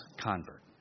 convert